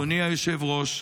אדוני היושב-ראש,